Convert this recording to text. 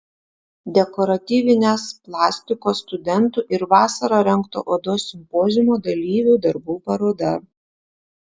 dekoratyvinės plastikos studentų ir vasarą rengto odos simpoziumo dalyvių darbų paroda